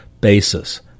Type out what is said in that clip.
basis